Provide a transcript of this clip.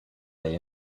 day